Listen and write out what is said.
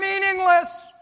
meaningless